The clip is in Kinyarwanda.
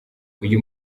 uyu